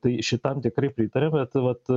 tai šitam tikrai pritaria bet vat